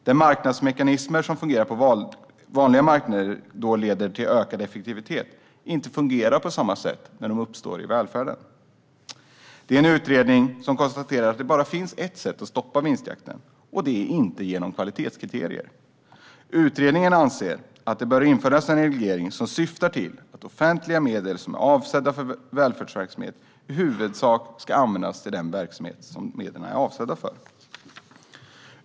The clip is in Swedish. De marknadsmekanismer som fungerar på vanliga marknader och då leder till ökad effektivitet fungerar inte på samma sätt när de uppstår i välfärden. Det är en utredning som konstaterar att det bara finns ett sätt att stoppa vinstjakten, och det är inte genom kvalitetskriterier. Utredningen anser att det bör införas en reglering som syftar till att offentliga medel som är avsedda för välfärdsverksamhet i huvudsak ska användas till den verksamhet de är avsedda för.